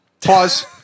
Pause